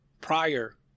prior